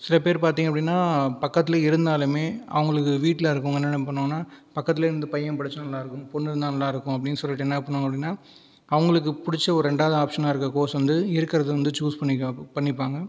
சில பேர் பார்த்தீங்க அப்படின்னா பக்கத்தில் இருந்தாலுமே அவங்களுக்கு வீட்டில் இருக்கிறவங்க என்ன பண்ணுவாங்கன்னா பக்கத்துலேயே இருந்து பையன் படித்தா நல்லாருக்கும் பொண்ணு இருந்தால் நல்லாருக்கும் அப்படின்னு சொல்லிவிட்டு என்ன பண்ணுவாங்க அப்படின்னா அவுங்களுக்கு பிடிச்ச ஒரு ரெண்டாவது ஆப்ஷனாக இருக்கிற கோர்ஸ் வந்து இருக்கிறத வந்து சூஸ் பண்ணிப்பாங்க